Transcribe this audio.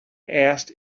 asked